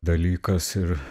dalykas ir